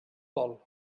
vol